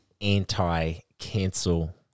anti-cancel